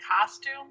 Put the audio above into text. costume